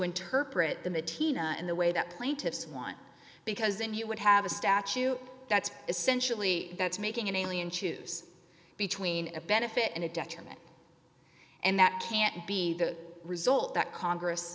interpret the mid tina in the way that plaintiffs want because then you would have a statue that's essentially that's making an alien choose between a benefit and a detriment and that can't be the result that congress